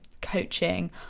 coaching